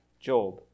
Job